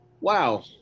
Wow